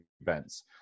events